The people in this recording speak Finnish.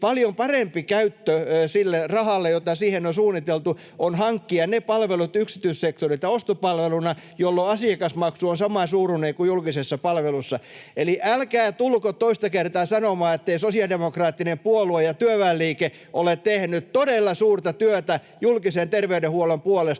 Paljon parempi käyttö sille rahalle, jota siihen on suunniteltu, on hankkia ne palvelut yksityissektorilta ostopalveluna, jolloin asiakasmaksu on samansuuruinen kuin julkisessa palvelussa. Eli älkää tulko toista kertaa sanomaan, ettei sosiaalidemokraattinen puolue ja työväenliike ole tehnyt todella suurta työtä julkisen terveydenhuollon puolesta.